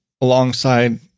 alongside